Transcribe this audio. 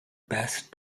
best